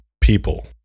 people